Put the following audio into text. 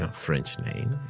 french name.